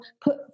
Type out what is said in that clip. put